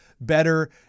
better